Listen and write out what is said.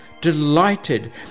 delighted